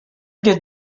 did